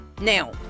now